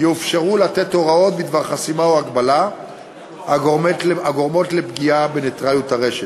יאפשרו לתת הוראות בדבר חסימה או הגבלה הגורמות לפגיעה בנייטרליות הרשת,